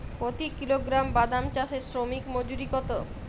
প্রতি কিলোগ্রাম বাদাম চাষে শ্রমিক মজুরি কত?